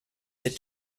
êtes